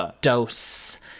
Dose